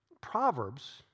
Proverbs